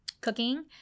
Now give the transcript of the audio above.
cooking